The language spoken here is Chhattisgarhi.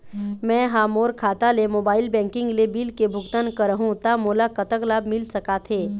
मैं हा मोर खाता ले मोबाइल बैंकिंग ले बिल के भुगतान करहूं ता मोला कतक लाभ मिल सका थे?